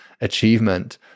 achievement